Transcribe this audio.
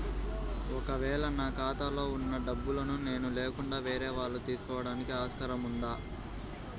ఒక వేళ నా ఖాతాలో వున్న డబ్బులను నేను లేకుండా వేరే వాళ్ళు తీసుకోవడానికి ఆస్కారం ఉందా?